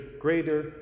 greater